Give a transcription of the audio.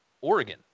Oregon